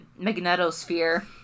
magnetosphere